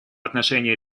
отношении